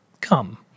come